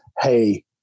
hey